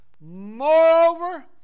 Moreover